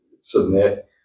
submit